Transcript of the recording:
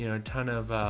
you know ton of ah,